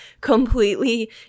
completely